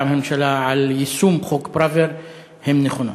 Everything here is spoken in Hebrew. הממשלה על יישום חוק פראוור הם נכונים?